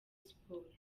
sports